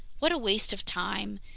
what a waste of time,